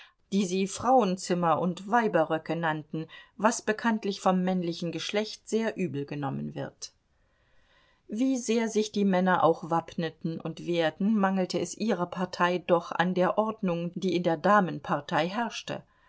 die sie frauenzimmer und weiberröcke nannten was bekanntlich vom männlichen geschlecht sehr übel genommen wird wie sehr sich die männer auch wappneten und wehrten mangelte es ihrer partei doch an der ordnung die in der damenpartei herrschte